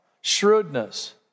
Shrewdness